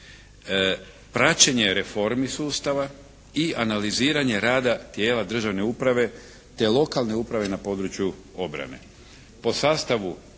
praćenje reformi sustava i analiziranje rada tijela državne uprave te lokalne uprave na području obrane.